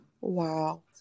Wow